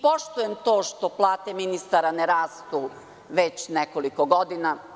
Poštujem to što plate ministara ne rastu već nekoliko godina.